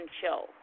show